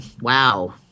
Wow